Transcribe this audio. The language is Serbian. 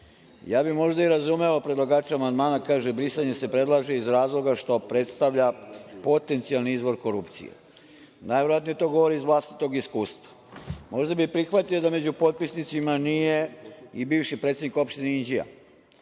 Ja bih možda i razumeo predlagača amandmana, kaže – brisanje se predlaže iz razloga što predstavlja potencijalni izvor korupcije. Najverovatnije to govori iz vlastitog iskustva. Možda bih prihvatio da među potpisnicima nije i bivši predsednik opštine Inđija,